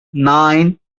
nine